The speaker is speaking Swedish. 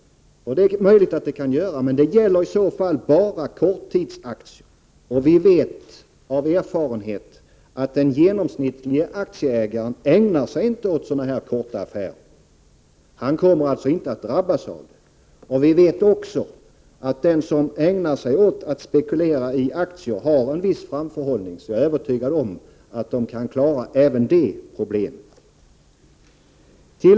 Det är möjligt att det fallet kan inträffa, men det gäller i så fall bara korttidsaktier. Vi vet av erfarenhet att den genomsnittlige aktieägaren inte ägnar sig åt korta affäter, och han kommer alltså inte att drabbas. Vi vet också att de som ägnar sig åt att spekulera i aktier har en viss framförhållning, så jag är övertygad om att de kan klara även detta problem.